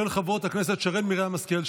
של חברות הכנסת שרן מרים השכל,